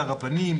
לרבנים,